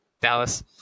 Dallas